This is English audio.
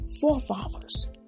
forefathers